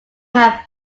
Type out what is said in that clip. had